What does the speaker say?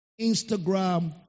Instagram